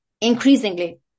Increasingly